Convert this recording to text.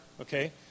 Okay